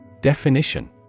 Definition